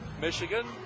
Michigan